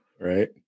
Right